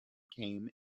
came